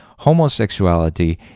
homosexuality